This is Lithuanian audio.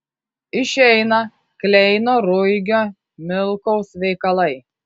išeina kleino ruigio milkaus veikalai